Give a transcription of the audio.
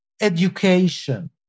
education